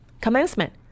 commencement